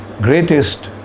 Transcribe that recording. greatest